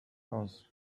aus